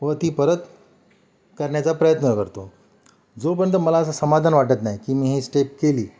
व ती परत करण्याचा प्रयत्न करतो जोपर्यंत मला असं समाधान वाटत नाही की मी ही स्टेप केली